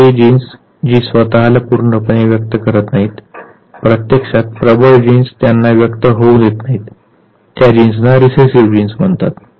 तर ते जीन्स जी स्वतला पूर्णपणे व्यक्त करत नाहीत प्रत्यक्षात प्रबळ जीन्स त्यांना व्यक्त होऊ देत नाहीत त्या जीन्सना रिसेसिव्ह जीन्स म्हणतात